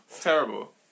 Terrible